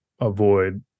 avoid